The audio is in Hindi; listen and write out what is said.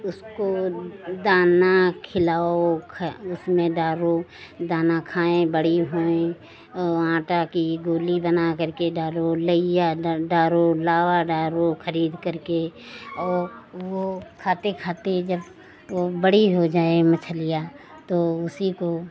उसको दाना खिलाओ उसमें डालो दाना खाएँ बड़ी होए और आटा की गोली बनाकर के डालो लइया डालो लावा डालो खरीदकर के और वह खाते खाते जब वह बड़ी हो जाएँ मछलियाँ तो उसी को